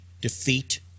defeat